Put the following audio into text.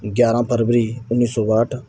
ਗਿਆਰਾਂ ਫਰਵਰੀ ਉੱਨੀ ਸੌ ਬਾਹਠ